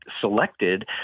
selected